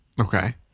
Okay